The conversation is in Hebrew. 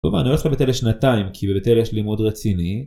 טוב אני הולך לבית אל לשנתיים כי בבית אל יש לימוד רציני